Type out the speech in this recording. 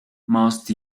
must